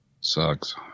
Sucks